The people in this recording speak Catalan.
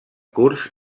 curs